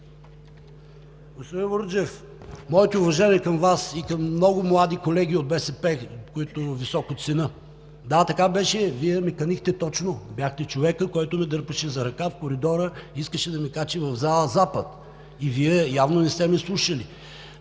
Господин Бурджев, моите уважения към Вас и към много млади колеги от БСП, които високо ценя. Да, така беше. Вие ме канихте. Бяхте точно човекът, който ме дърпаше за ръка в коридора, искаше да ме качи в зала „Запад“ и Вие явно не сте ме слушали.